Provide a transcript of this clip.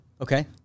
Okay